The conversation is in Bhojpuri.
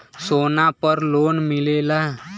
सोना पर लोन मिलेला?